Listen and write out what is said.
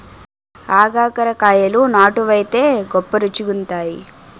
ఆగాకరకాయలు నాటు వైతే గొప్ప రుచిగుంతాయి